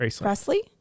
Presley